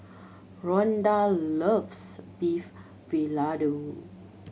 Ronda loves Beef Vindaloo